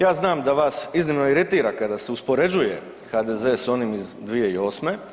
Ja znam da vas iznimno iritira kada se uspoređuje HDZ s onim iz 2008.